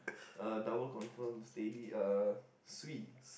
uh double confirm steady uh swee